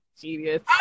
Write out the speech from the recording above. genius